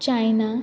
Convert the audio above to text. China